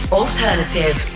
alternative